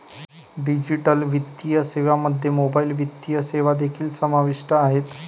digital वित्तीय सेवांमध्ये mobile वित्तीय सेवा देखील समाविष्ट आहेत